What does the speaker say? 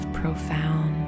profound